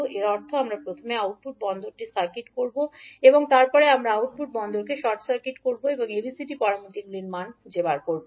এর অর্থ আমরা প্রথমে আউটপুট পোর্টটি সার্কিট করব এবং তারপরে আমরা আউটপুট পোর্টকে শর্ট সার্কিট করব এবং ABCD প্যারামিটারগুলির মান খুঁজে বের করব